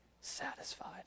satisfied